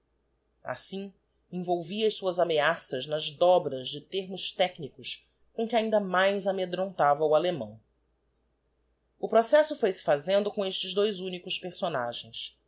assim envolvia as suas ameaças nas dobras de termos technicos com que ainda mais amedrontava o allemão o processo foi-se fazendo com estes dois únicos personagens